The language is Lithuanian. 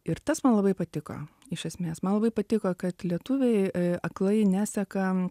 ir tas man labai patiko iš esmės man labai patiko kad lietuviai aklai neseka